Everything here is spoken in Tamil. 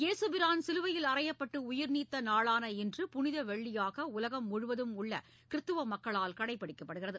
இயேசுபிரான் சிலுவையில் அறையப்பட்டு உயிர்நீத்த நாளான இன்று புனிதவெள்ளியாக உலகம் முழுவதும் உள்ள கிறிஸ்தவ மக்களால் கடைப்பிடிக்கப்படுகிறது